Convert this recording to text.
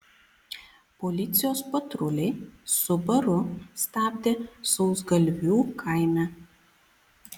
policijos patruliai subaru stabdė sausgalvių kaime